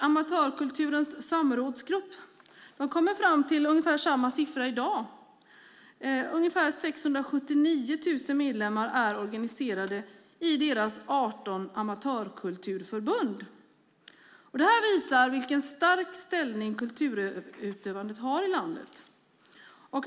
Amatörkulturens samrådsgrupp kommer fram till ungefär samma siffra i dag. Ungefär 679 000 medlemmar är organiserade i deras 18 amatörkulturförbund. Detta visar vilken stark ställning kulturutövandet har i landet.